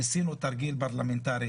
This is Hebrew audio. ניסינו לעשות תרגיל פרלמנטרי,